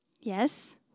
Yes